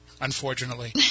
Unfortunately